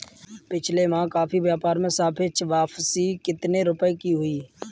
पिछले माह कॉफी व्यापार में सापेक्ष वापसी कितने रुपए की हुई?